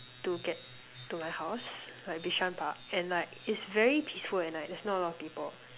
to get to my house like Bishan Park and like it's very peaceful at night there's not a lot of people